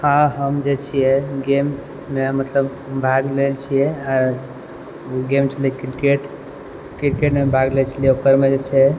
हम जे छियै गेममे मतलब भाग लै छियै गेम छलै क्रिकेट क्रिकेटमे भाग लै छलियै ओकरमे जे छै